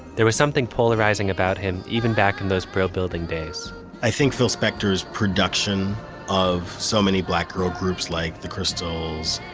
there was something polarizing about him even back in those pro building days i think phil spector's production of so many black girl groups like the crystals,